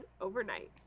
overnight